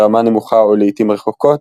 ברמה נמוכה או לעיתים רחוקות